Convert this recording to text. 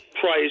price